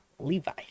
Levi